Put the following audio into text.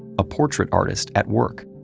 a portrait artist at work.